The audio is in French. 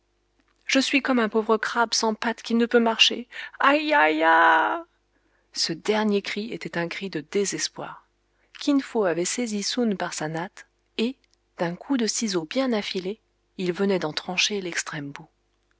je suis comme un pauvre crabe sans pattes qui ne peut marcher ai ai ya ce dernier cri était un cri de désespoir kin fo avait saisi soun par sa natte et d'un coup de ciseaux bien affilés il venait d'en trancher l'extrême bout